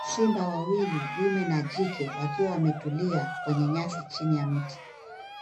Simba wawili dume na jike wakiwa wametulia kwenye nyasi chini ya mti.